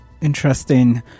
Interesting